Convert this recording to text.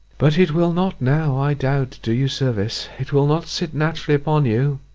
but it will not now, i doubt, do you service it will not sit naturally upon you.